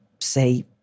say